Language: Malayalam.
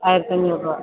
ആയിരത്തി അഞ്ഞൂറ് രൂപ